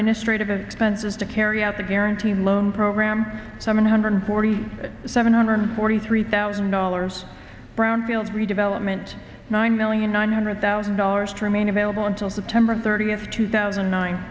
administrative expenses to carry out the guarantee loan program seven hundred forty seven hundred forty three thousand dollars brownfield redevelopment nine million nine hundred thousand dollars to remain available until september thirtieth two thousand